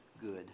good